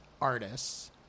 artists